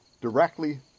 directly